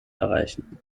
erreichen